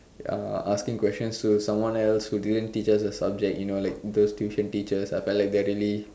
uh asking questions to someone else who didn't teach us the subject you know those tuition teachers you know I feel like they are really